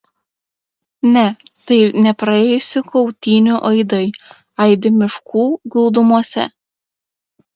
ne tai ne praėjusių kautynių aidai aidi miškų glūdumose